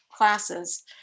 classes